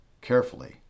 Carefully